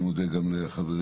אני מודה גם לחברי,